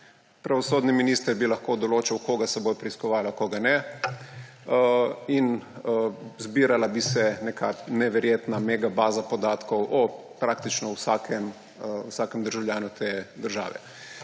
pravosodni minister bi lahko določal, koga se bo preiskovalo, koga ne, in zbirala bi se neka neverjetna mega baza podatkov o praktično vsakem državljanu države.